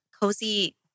cozy